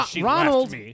Ronald